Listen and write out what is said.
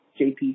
JP